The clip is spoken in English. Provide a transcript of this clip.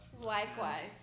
Likewise